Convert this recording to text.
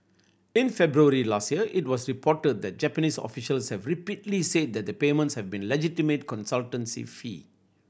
in February last year it was reported that Japanese officials had repeatedly said the payments had been legitimate consultancy fee